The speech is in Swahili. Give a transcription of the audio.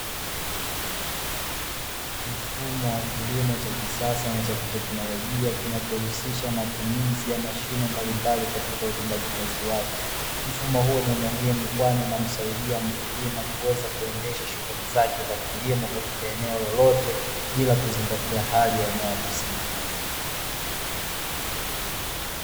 Mfumo wa kilimo cha kisasa na cha kiteknolojia, kinachohusisha matumizi ya mashine mbalimbali katika utendaji kazi wake, mfumo huo ni muhimu, kwani unamsaidia mkulima kuweza kuendesha shughuli zake za kilimo katika eneo lolote bila kuzingatia hali ya eneo husika.